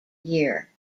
year